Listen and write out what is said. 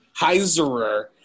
heiserer